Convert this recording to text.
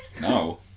No